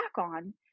on